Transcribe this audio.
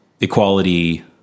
Equality